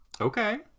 Okay